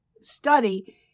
study